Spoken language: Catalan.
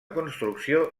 construcció